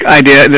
idea